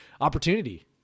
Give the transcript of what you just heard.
opportunity